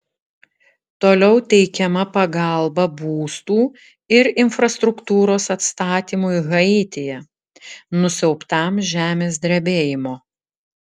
toliau teikiama pagalba būstų ir infrastruktūros atstatymui haityje nusiaubtam žemės drebėjimo